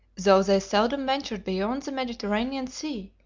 though they seldom ventured beyond the mediterranean sea,